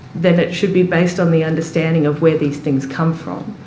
then it should be based on the understanding of where these things come from,